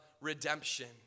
redemption